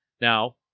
Now